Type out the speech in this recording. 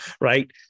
right